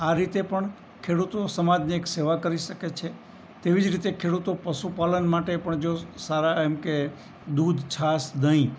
આ રીતે પણ ખેડૂતો સમાજની એક સેવા કરી શકે છે તેવી જ રીતે ખેડૂતો પશુપાલન માટે પણ જો સારાં એમ કે દૂધ છાશ દહીં